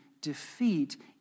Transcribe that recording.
defeat